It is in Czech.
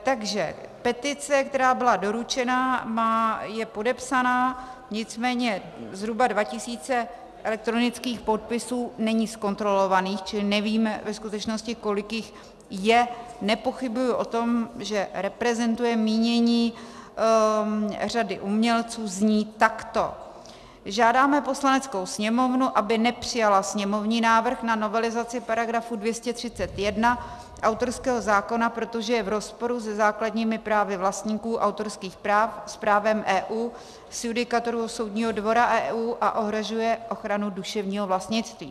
Takže petice, která byla doručena, je podepsaná, nicméně zhruba 2 tisíce elektronických podpisů není zkontrolovaných, čili nevíme ve skutečnosti, kolik jich je, nepochybuji o tom, že reprezentuje mínění řady umělců zní takto: Žádáme Poslaneckou sněmovnu, aby nepřijala sněmovní návrh na novelizaci § 231 autorského zákona, protože je v rozporu se základními právy vlastníků autorských práv, s právem EU, s judikaturou Soudního dvora EU a ohrožuje ochranu duševního vlastnictví.